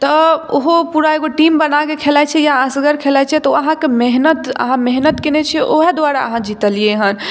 तऽ ओहो पूरा एगो टीम बना कऽ खेलाइ छियै या असगर खेलाइ छियै तऽ ओ अहाँके मेहनत अहाँ मेहनत केने छियै ओहि दुआरे अहाँ जीतलियैहन